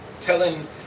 telling